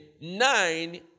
nine